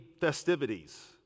festivities